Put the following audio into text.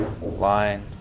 line